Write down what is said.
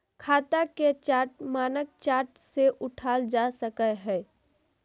खाता के चार्ट मानक चार्ट से उठाल जा सकय हइ